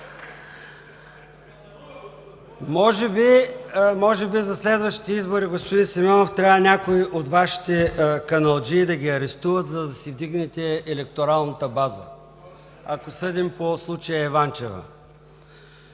Може би за следващите избори, господин Симеонов, трябва някои от Вашите каналджии да ги арестуват, за да си вдигнете електоралната база, ако съдим по случая „Иванчева“.